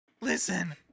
Listen